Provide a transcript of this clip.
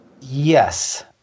Yes